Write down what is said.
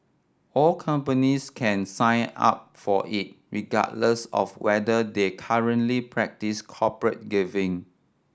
all companies can sign up for it regardless of whether they currently practise corporate giving